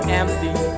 empty